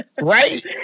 right